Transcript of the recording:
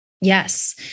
Yes